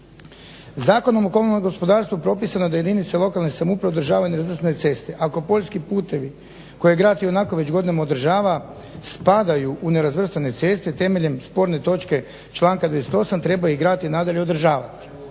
Zakonom o komunalnom gospodarstvu propisano je da jedinice lokalne samouprave održavaju nerazvrstane ceste. Ako poljski putevi koje grad već ionako godinama održava spadaju u nerazvrstane ceste temeljem sporne točke članka 98. Treba grad i nadalje održavati.